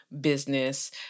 business